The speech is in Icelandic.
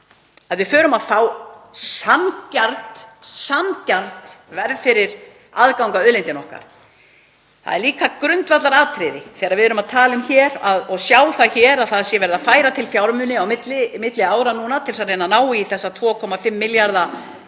að við förum að fá sanngjarnt verð fyrir aðgang að auðlindinni okkar. Það er líka grundvallaratriði þegar við sjáum að hér sé verið að færa til fjármuni á milli ára núna til þess að reyna að ná í þessa 2,5 milljarða